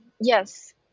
Yes